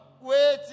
Wait